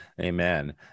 Amen